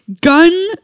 gun